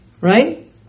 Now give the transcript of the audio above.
right